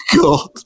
God